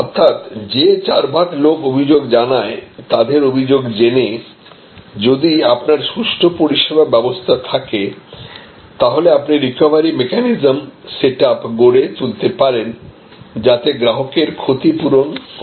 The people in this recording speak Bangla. অর্থাৎ যে চার ভাগ লোক অভিযোগ জানায় তাদের অভিযোগ জেনেযদি আপনার সুষ্ঠ পরিষেবা ব্যবসা থাকে তাহলে আপনি রিকভারি মেকানিজম সেটআপ গড়ে তুলতে পারেন যাতে গ্রাহকের ক্ষতি পূরণ করা যায়